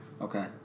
Okay